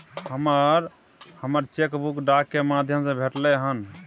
हमरा हमर cheque book डाक के माध्यम से भेटलय हन